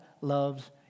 loves